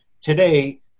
today